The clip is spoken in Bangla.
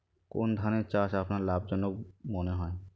কোন ধানের চাষ আপনার লাভজনক মনে হয়?